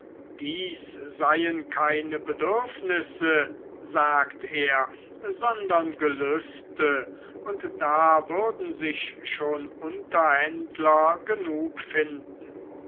dies seien keine bedürfnisse sagt er sondern gelüste und da würden sich schon unterhändler genug finden